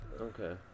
Okay